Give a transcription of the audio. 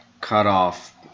cut-off